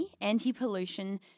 Anti-Pollution